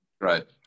Right